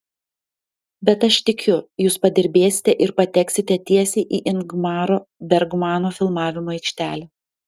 bet aš tikiu jūs padirbėsite ir pateksite tiesiai į ingmaro bergmano filmavimo aikštelę